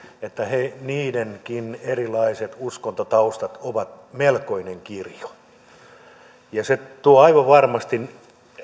että heidänkin erilaiset uskontotaustansa ovat melkoinen kirjo tavallaan aivan varmasti